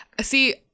See